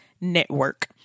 Network